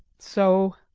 so!